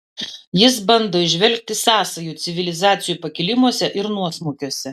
jis bando įžvelgti sąsajų civilizacijų pakilimuose ir nuosmukiuose